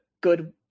good